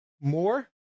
More